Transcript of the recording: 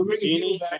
genie